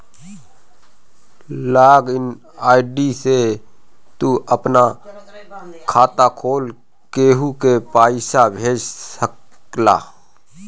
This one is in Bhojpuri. लॉग इन आई.डी से तू आपन खाता खोल के केहू के पईसा भेज सकेला